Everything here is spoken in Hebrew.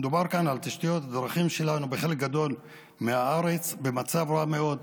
מדובר כאן על תשתיות בדרכים שלנו שבחלק גדול מהארץ הן במצב רע מאוד,